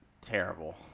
Terrible